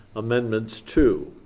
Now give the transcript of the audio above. amendments, two.